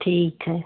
ठीक है